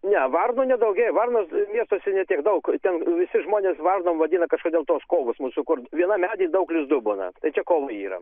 ne varnų nedaugėja varnos miestuose ne tiek daug ten visi žmonės varnom vadina kažkodėl tuos kovus mūsų kur vienam medy daug lizdų būna tai čia kovų yra